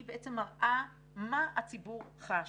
היא בעצם מראה מה הציבור חש.